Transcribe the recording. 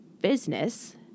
business